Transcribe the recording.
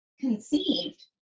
conceived